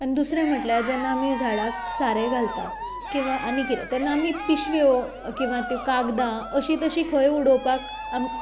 आनी दुसरें म्हणल्यार जेन्ना आमी झाडांक सारे घालता किंवा आनी कितां तेन्ना आमी पिशव्यो कागदां अशीं तशीं खंय उडोवपाक